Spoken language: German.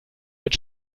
mit